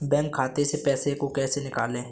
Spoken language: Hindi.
बैंक खाते से पैसे को कैसे निकालें?